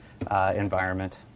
environment